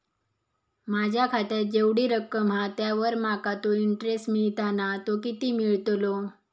माझ्या खात्यात जेवढी रक्कम हा त्यावर माका तो इंटरेस्ट मिळता ना तो किती मिळतलो?